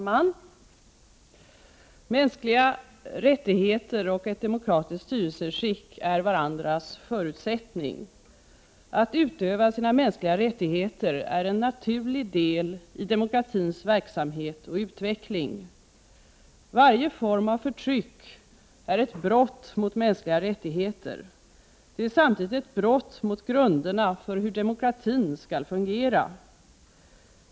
Herr talman! Mänskliga rättigheter och ett demokratiskt styrelseskick är varandras förutsättningar. Att utöva sina mänskliga rättigheter är en naturlig del i demokratins verksamhet och utveckling. Varje form av förtryck är ett brott mot mänskliga rättigheter, och det är samtidigt ett brott mot grunderna för hur demokratin skall fungera.